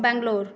Bangalore